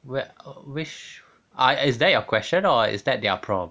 where oh which I is that your question or is that their prompt